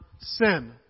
sin